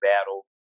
battle